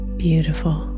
beautiful